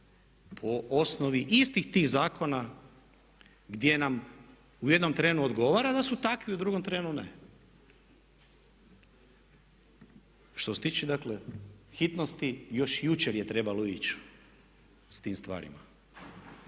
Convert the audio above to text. Po osnovi istih tih zakona gdje nam u jednom trenu odgovara da su takvi, u drugom trenu ne. Što se tiče, dakle hitnosti još jučer je trebalo ići s tim stvarima.